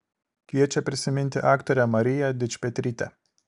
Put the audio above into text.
kviečia prisiminti aktorę mariją dičpetrytę